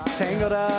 tangled